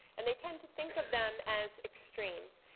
and they tend to think of them as extremes.